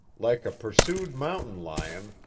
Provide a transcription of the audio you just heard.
like a pursued mountain lion,